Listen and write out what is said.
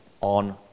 on